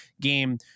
game